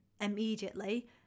immediately